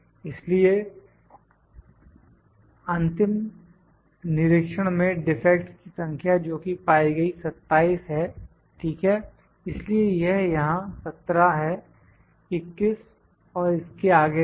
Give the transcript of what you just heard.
इसलिए अंतिम निरीक्षण में डिफेक्ट्स की संख्या जोकि पाई गई 27 है ठीक है इसलिए यह यहां 17 है 21 और इसके आगे तक